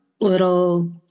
little